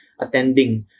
attending